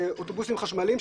אוטובוסים חשמליים,